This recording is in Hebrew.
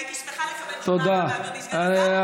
והייתי שמחה לקבל תשובה מאדוני סגן השר.